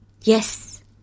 Yes